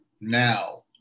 now